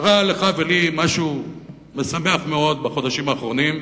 קרה לך ולי משהו משמח מאוד בחודשים האחרונים,